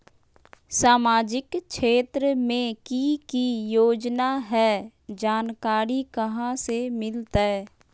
सामाजिक क्षेत्र मे कि की योजना है जानकारी कहाँ से मिलतै?